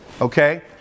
okay